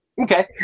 Okay